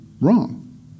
wrong